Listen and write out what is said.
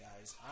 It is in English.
guys